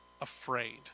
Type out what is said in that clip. afraid